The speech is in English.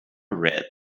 red